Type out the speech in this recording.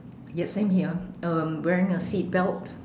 yes same here um wearing a seat belt